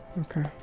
okay